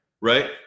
right